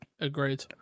Agreed